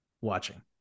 watching